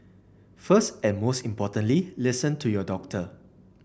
first and most importantly listen to your doctor